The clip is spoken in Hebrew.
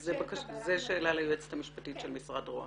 של קבלת --- זו שאלה ליועצת המשפטית של משרד רוה"מ.